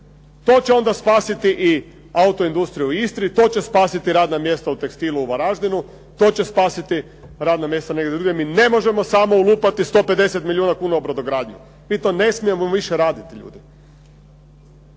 To će onda spasiti i autoindustriju u Istri, to će spasiti radna mjesta u tekstilu u Varaždinu, to će spasiti radna mjesta negdje drugdje. Mi ne možemo samo ulupati 150 milijuna kuna u brodogradnju, mi to ne smijemo više raditi ljudi.